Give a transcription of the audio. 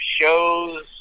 shows